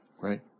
right